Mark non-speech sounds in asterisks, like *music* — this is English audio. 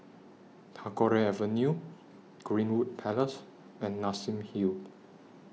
Tagore Avenue Greenwood Place *noise* and Nassim Hill